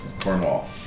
Cornwall